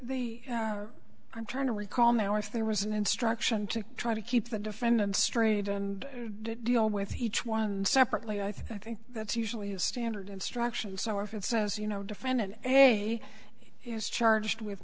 i'm trying to recall now if there was an instruction to try to keep the defendant straight and to deal with each one separately i think that's usually a standard instruction so if it says you know defendant is charged with